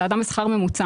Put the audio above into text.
זה אדם עם שכר ממוצע.